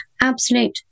absolute